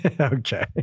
Okay